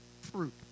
fruit